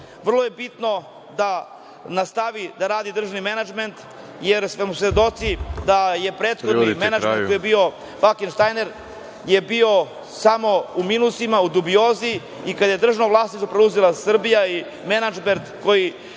je bitno da nastavi da radi državni menadžment, jer smo svedoci da je prethodni menadžment koji je bio „Falkenštajner“ bio samo u minusima, u dubiozi, i kada je državno vlasništvo preuzela Srbija i menadžment koji